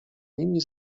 nimi